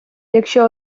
якщо